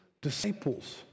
disciples